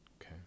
Okay